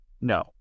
No